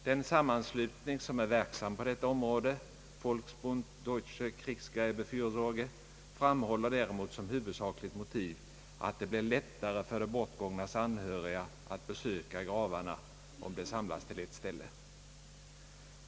Den sammanslutning som är verksam på detta område, Volksbund Deutsche Kriegssräbefärsorge, framhåller däremot som huvudsakligt motiv att det blir lättare för de bortgångnas anhöriga att besöka gravarna om de samlas till ett ställe.